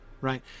right